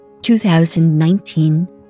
2019